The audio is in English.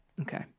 Okay